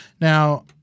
Now